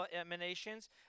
emanations